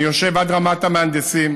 אני יושב עד רמת המהנדסים,